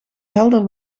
helder